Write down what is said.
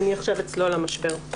אני עכשיו אצלול למשבר.